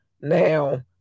now